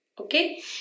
Okay